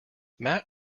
matt